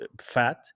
fat